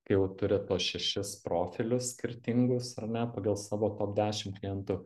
kai jau turit tuos šešis profilius skirtingus ar ne pagal savo top dešim klientų